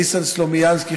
ניסן סלומינסקי,